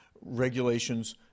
regulations